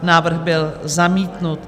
Návrh byl zamítnut.